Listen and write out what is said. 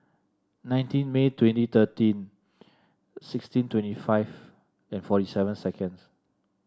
nineteen May twenty thirteen sixteen twenty five and forty seven seconds